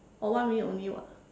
oh one minute only [what]